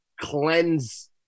cleanse